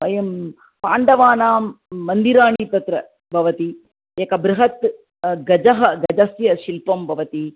वयं पाण्डवानां मन्दिराणि तत्र भवन्ति एकः बृहन् गजः गजस्य शिल्पं भवति